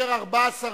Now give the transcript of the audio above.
לא צריך